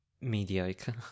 Mediocre